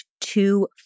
two